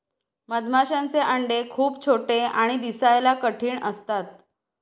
मधमाशांचे अंडे खूप छोटे आणि दिसायला कठीण असतात